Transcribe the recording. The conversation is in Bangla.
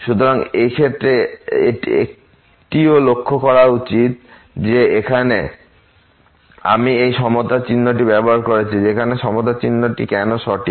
সুতরাং এই ক্ষেত্রে একটিও লক্ষ্য করা উচিত যে এখানে আমি এই সমতা চিহ্নটি ব্যবহার করেছি এখানে সমতার চিহ্নটি কেন সঠিক